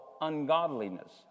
ungodliness